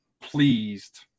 pleased